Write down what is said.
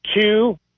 two